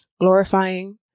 glorifying